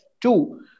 Two